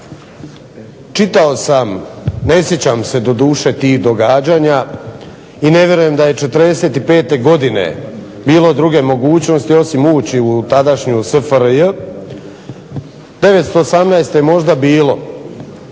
čitao sam. Ne sjećam se doduše tih događanja i ne vjerujem da je '45. godine bilo druge mogućnosti osim ući u tadašnju SFRJ, 918. je možda bilo.